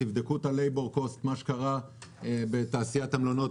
תבדקו את הלייבור קוסט שקרה בתעשיית המלונות.